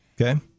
Okay